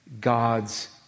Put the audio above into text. God's